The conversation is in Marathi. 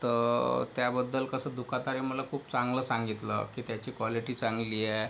तर त्याबद्दल कसं दुकाताने मला खूप चांगलं सांगितलं की त्याची क्वालिटी चांगली आहे